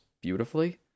beautifully